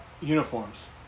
uniforms